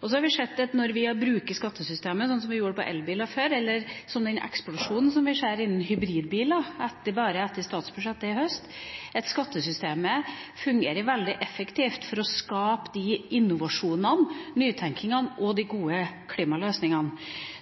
Så har vi sett at når vi bruker skattesystemet, sånn som vi gjorde på elbiler før, eller den eksplosjonen som vi ser innen hybridbiler bare etter statsbudsjettet i høst, fungerer det veldig effektivt for å skape innovasjon, nytenkning og de gode klimaløsningene.